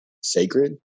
sacred